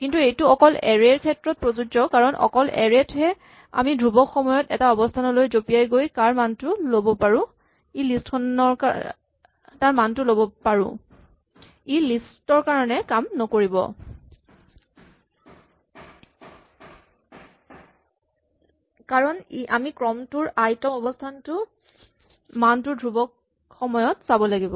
কিন্তু এইটো অকল এৰে ৰ ক্ষেত্ৰতহে প্ৰযোজ্য কাৰণ অকল এৰে ত হে আমি ধ্ৰুৱক সময়ত এটা অৱস্হানলৈ জপিয়াই গৈ তাৰ মানটো ল'ব পাৰো ই লিষ্ট ৰ কাৰণে কাম নকৰিব কাৰণ আমি ক্ৰমটোৰ আই তম অৱস্হানৰ মানটো ধ্ৰুৱক সময়ত চাব লাগিব